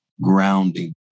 grounding